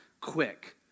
quick